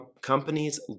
Companies